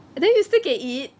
then you still can eat